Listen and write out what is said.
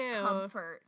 comfort